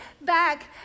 back